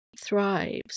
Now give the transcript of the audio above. thrives